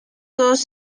todos